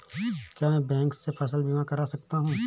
क्या मैं बैंक से फसल बीमा करा सकता हूँ?